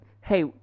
Hey